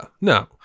No